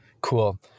cool